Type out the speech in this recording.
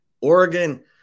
Oregon